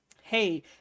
hey